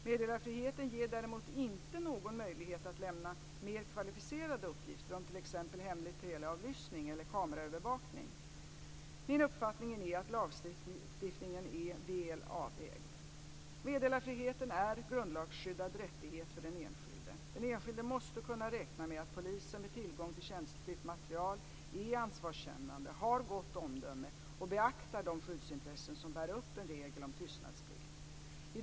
Meddelarfriheten ger däremot inte någon möjlighet att lämna mer kvalificerade uppgifter om t.ex. hemlig teleavlyssning eller kameraövervakning. Min uppfattning är att lagstiftningen är väl avvägd. Meddelarfriheten är grundlagsskyddad rättighet för den enskilde. Den enskilde måste kunna räkna med att poliser med tillgång till känsligt material är ansvarskännande, har gott omdöme och beaktar de skyddsintressen som bär upp en regel om tystnadsplikt.